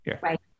Right